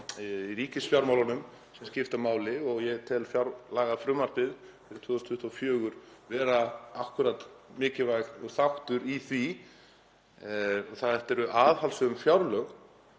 í ríkisfjármálunum sem skipta máli og ég tel fjárlagafrumvarpið fyrir 2024 vera akkúrat mikilvægan þáttur í því. Þetta eru aðhaldssöm fjárlög.